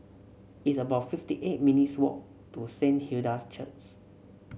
it's about fifty eight minutes' walk to Saint Hilda's Church